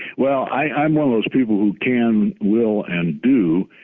well i'm one of those people who can, will, and do